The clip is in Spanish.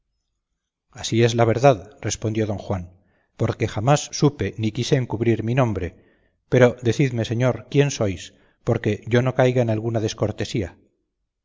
así es la verdad respondió don juan porque jamás supe ni quise encubrir mi nombre pero decidme señor quién sois por que yo no caiga en alguna descortesía